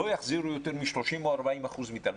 לא יחזירו יותר מ-30% או 40% מתלמידיו.